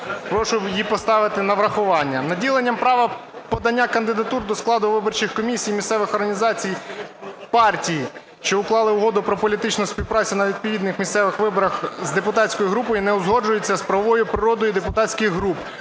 Прошу її поставити на врахування. Наділенням права подання кандидатур до складу виборчих комісій місцевих організацій, партій, що уклали угоду про політичну співпрацю на відповідних місцевих виборах з депутатською групою, не узгоджується з правовою природою депутатських груп,